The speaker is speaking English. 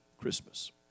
Christmas